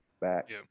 back